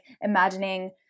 imagining